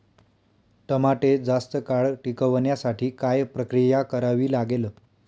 टमाटे जास्त काळ टिकवण्यासाठी काय प्रक्रिया करावी लागेल?